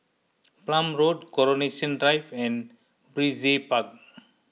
Palm Road Coronation Drive and Brizay Park